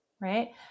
right